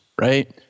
Right